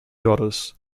daughters